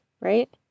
right